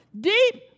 Deep